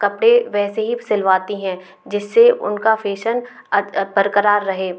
कपड़े वैसे ही सिलवाती हैं जिससे उनका फेशन बरकरार रहे